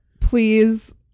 please